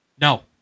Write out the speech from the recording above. No